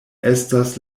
estas